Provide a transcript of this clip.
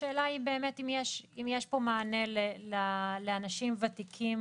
השאלה היא אם יש פה מענה לאנשים ותיקים